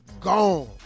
Gone